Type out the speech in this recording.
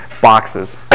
boxes